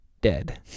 Dead